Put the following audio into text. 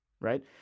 right